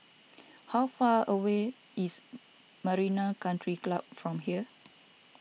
how far away is Marina Country Club from here